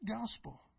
gospel